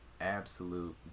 absolute